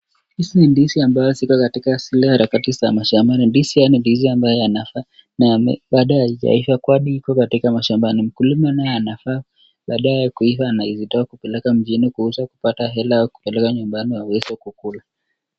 Hii ni ndizi ambayo iko katika harakati za mashambani. Ndizi ambayo ni ndizi ambayo inafaa na baadaye haijaiva kwani iko katika mashambani mkulima naye anafaa baadaye kuiva na izitoe kupeleka mjini kuuza kupata hela kupeleka nyumbani waweze kukula.